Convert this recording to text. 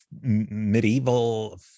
medieval